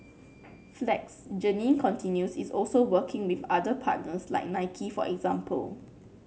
flex Jeannine continues is also working with other partners like Nike for example